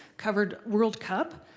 covered world cup,